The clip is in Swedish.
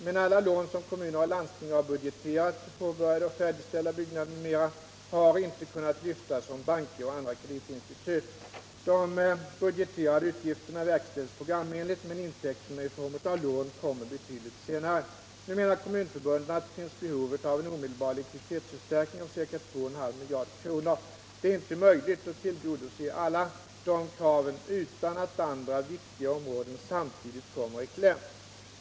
Men alla lån som kommuner och landsting har budgeterat för påbörjade och färdigställda byggnader m.m. har inte kunnat lyftas från banker och andra kreditinstitut. De budgeterade utgifterna verkställs programenligt, men intäkterna i form av lån kommer betydligt senare. Nu menar kommunförbunden att det finns behov av en omedelbar likviditetsförstärkning om ca 2,5 miljarder kr. Det är inte möjligt att tillgodose alla dessa krav utan att andra viktiga områden samtidigt kommer i kläm.